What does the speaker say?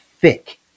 thick